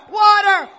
water